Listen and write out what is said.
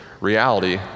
reality